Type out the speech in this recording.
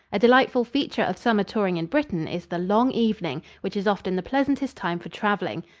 a delightful feature of summer touring in britain is the long evening, which is often the pleasantest time for traveling.